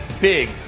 big